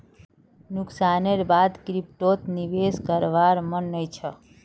नुकसानेर बा द क्रिप्टोत निवेश करवार मन नइ छ